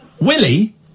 Willie